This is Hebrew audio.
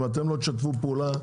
אם אתם לא תשתפו פעולה,